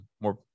more